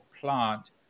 plant